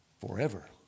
forever